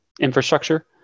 infrastructure